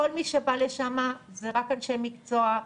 כל מי שבא לשם זה רק אנשי מקצוע,